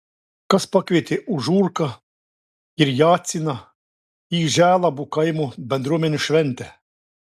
kas pakvietė užurką ir jacyną į želabų kaimo bendruomenės šventę